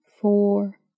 four